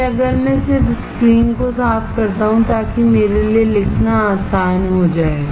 फिर अगर मैं सिर्फ स्क्रीन को साफ करता हूं ताकि मेरे लिए लिखना आसान हो जाए